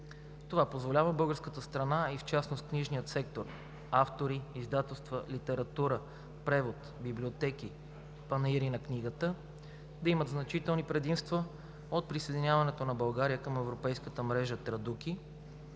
Това позволява българската страна и в частност книжният сектор – автори, издателства, литература, превод, библиотеки, панаири на книгата, да имат значителни предимства от присъединяването на България към Европейската мрежа „Традуки“